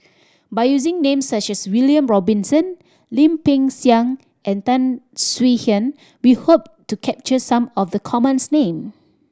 by using names such as William Robinson Lim Peng Siang and Tan Swie Hian we hope to capture some of the commons name